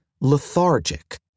lethargic